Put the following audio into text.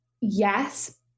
yes